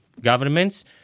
governments